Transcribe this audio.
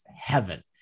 heaven